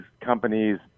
companies